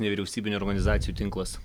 nevyriausybinių organizacijų tinklas